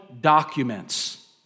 documents